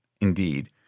indeed